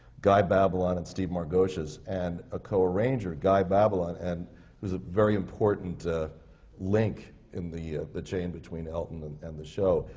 guy babylon and steve margoshes, and a co-arranger, guy babylon. and it was a very important link in the the chain between elton and and the show.